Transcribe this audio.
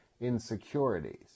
insecurities